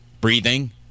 breathing